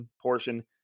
portion